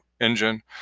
engine